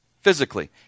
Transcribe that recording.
physically